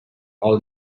all